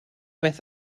beth